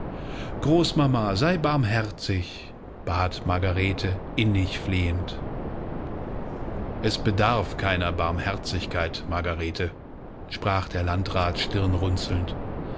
großmama sei barmherzig bat margarete innig flehend es bedarf keiner barmherzigkeit margarete sprach der landrat stirnrunzelnd